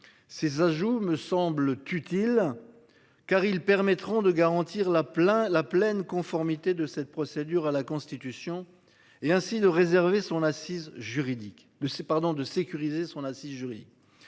ces ajouts me semble t'utile. Car ils permettront de garantir la plein la pleine conformité de cette procédure à la constitution est ainsi de réserver son assise juridique